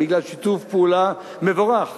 בגלל שיתוף פעולה מבורך